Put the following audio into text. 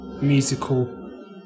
musical